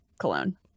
cologne